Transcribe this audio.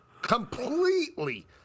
completely